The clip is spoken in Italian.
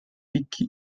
ricchi